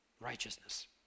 righteousness